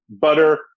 butter